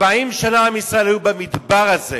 40 שנה עם ישראל היו במדבר הזה,